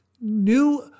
new